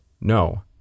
no